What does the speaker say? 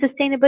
sustainability